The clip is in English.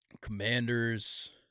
Commanders